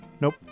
Nope